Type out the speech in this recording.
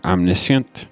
Omniscient